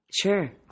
Sure